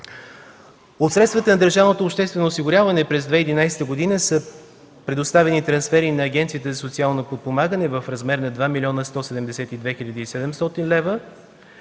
От средствата на държавното обществено осигуряване през 2011 г. са предоставени трансфери на Агенцията за социално подпомагане в размер на 2 млн. 172 хил. и 700 лева,